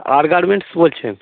আর garments বলছেন